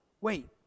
Wait